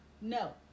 No